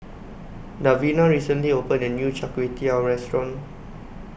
Davina recently opened A New Char Kway Teow Restaurant